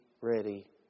ready